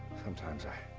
sometimes i,